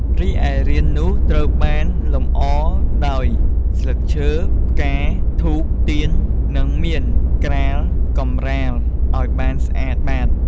រីឯរាននោះត្រូវបានលម្អដោយ ស្លឹកឈើ ផ្កា ធូប ទៀន និងមានក្រាលកម្រាលឲ្យបានស្អាតបាត។